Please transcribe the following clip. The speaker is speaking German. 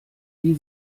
die